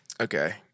Okay